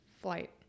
Flight